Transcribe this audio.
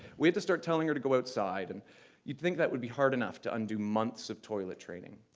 we had to start telling her to go outside. and you'd think that would be hard enough to undo months of toilet training.